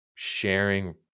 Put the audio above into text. sharing